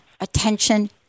attention